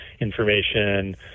information